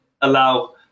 allow